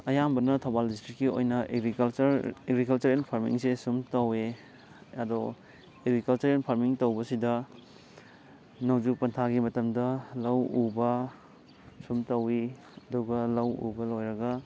ꯑꯌꯥꯝꯕꯅ ꯊꯧꯕꯥꯜ ꯗꯤꯁꯇ꯭ꯔꯤꯛꯀꯤ ꯑꯣꯏꯅ ꯑꯦꯒ꯭ꯔꯤꯀꯜꯆꯔ ꯑꯦꯒ꯭ꯔꯤꯀꯜꯆꯔꯦꯜ ꯐꯔꯃꯤꯡꯁꯦ ꯁꯨꯝ ꯇꯧꯋꯦ ꯑꯗꯣ ꯑꯦꯒ꯭ꯔꯤꯀꯜꯆꯔꯦꯜ ꯐꯥꯔꯃꯤꯡ ꯇꯧꯕꯁꯤꯗ ꯅꯣꯡꯖꯨ ꯄꯟꯊꯥꯒꯤ ꯃꯇꯝꯗ ꯂꯧ ꯎꯕ ꯁꯨꯝ ꯇꯧꯋꯤ ꯑꯗꯨꯒ ꯂꯧ ꯎꯕ ꯂꯣꯏꯔꯒ